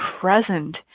present